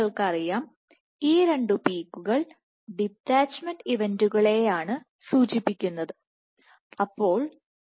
നിങ്ങളുടെ പക്കൽ ഈ രണ്ടു പീക്കുകൾ ആണ് ഉള്ളത് ഈ രണ്ടു പീക്കുകൾ ഡിറ്റാച്ച്മെന്റ് ഇവൻറ്കളുമായി ആണ് സാദൃശ്യപ്പെട്ടിരിക്കുന്നത് എന്ന് ഇപ്പോൾ നിങ്ങൾക്ക് അറിയാം